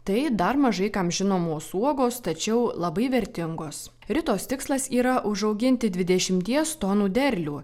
tai dar mažai kam žinomos uogos tačiau labai vertingos ritos tikslas yra užauginti dvidešimties tonų derlių